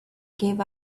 gave